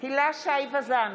הילה שי וזאן,